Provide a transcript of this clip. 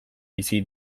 bizi